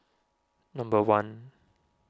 number one